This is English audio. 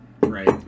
right